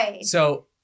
So-